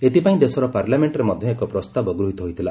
ଏଥିପାଇଁ ଦେଶର ପାର୍ଲାମେଣ୍ଟରେ ମଧ୍ୟ ଏକ ପ୍ରସ୍ତାବ ଗୃହିତ ହୋଇଥିଲା